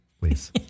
please